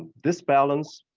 this spells